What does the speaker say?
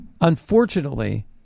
Unfortunately